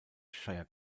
shire